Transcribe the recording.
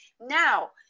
Now